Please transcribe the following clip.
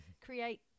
create